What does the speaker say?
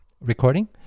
recording